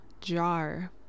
jar